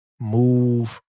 move